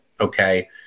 okay